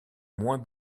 moins